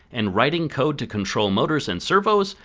and writing code to control motors and servos,